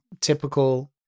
typical